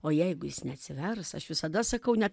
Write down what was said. o jeigu jis neatsivers aš visada sakau net